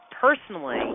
Personally